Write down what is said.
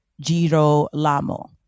Girolamo